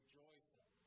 joyful